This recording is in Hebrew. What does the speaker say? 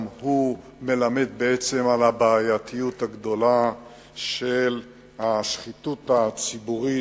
גם הוא מלמד בעצם על הבעייתיות הגדולה של השחיתות הציבורית,